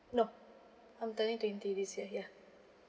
no I'm turning twenty this year ya